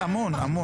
אז "אמון", "אמון".